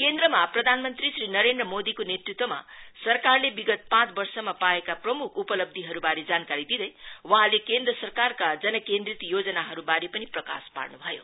केन्द्रमा प्रधान मंत्री श्री नरेन्द्र मोदीको नेतृत्वमा सरकारले विगत पाँच वर्षमा पाएका प्रमुख उपलब्धीहरुवारे जानकारी दिदै वहाँले केन्द्र सरकारका जनकेन्द्रत योजनाहरुवारे पनि प्रकाश पार्नु भयो